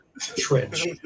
Trench